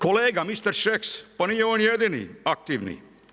Kolega, mister Šeks, pa nije on jedini aktivni.